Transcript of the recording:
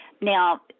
Now